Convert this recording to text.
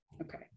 Okay